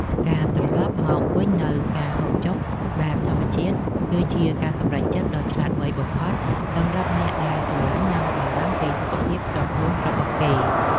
ការត្រឡប់មកវិញនូវការហូបចុកបែបធម្មជាតិ គឺជាការសម្រេចចិត្តដ៏ឆ្លាតវៃបំផុតសម្រាប់អ្នកដែលស្រលាញ់និងបារម្ភពីសុខភាពផ្ទាល់ខ្លួនរបស់គេ។